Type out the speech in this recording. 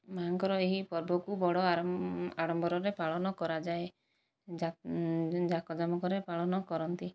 ମା' ଙ୍କର ଏହି ପର୍ବକୁ ବଡ ଆଡମ୍ବରରେ ପାଳନ କରାଯାଏ ଜାକଜମକରେ ପାଳନ କରନ୍ତି